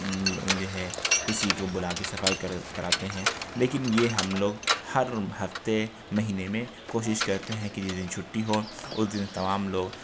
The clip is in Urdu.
یہ ہے کسی کو بلا کے صفائی کر کراتے ہیں لیکن یہ ہم لوگ ہر ہفتے مہینے میں کوشش کرتے ہیں کہ جس دن چھٹی ہو اس دن تمام لوگ